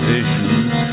Vision's